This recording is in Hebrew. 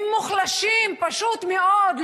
הם מוחלשים, פשוט מאוד.